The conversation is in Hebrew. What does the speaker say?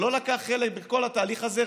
שלא לקח חלק בכל התהליך הזה,